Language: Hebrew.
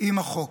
/ עם החוק.